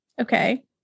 Okay